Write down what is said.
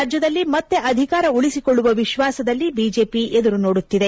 ರಾಜ್ಞದಲ್ಲಿ ಮತ್ತೆ ಅಧಿಕಾರ ಉಳಿಸಿಕೊಳ್ಳುವ ವಿಶ್ವಾಸದಲ್ಲಿ ಬಿಜೆಪಿ ಎದುರು ನೋಡುತ್ತಿದೆ